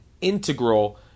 integral